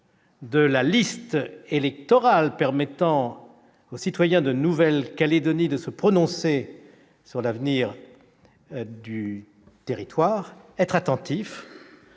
de la liste électorale permettant aux citoyens de Nouvelle-Calédonie de se prononcer sur l'avenir du territoire, être attentifs